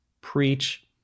preach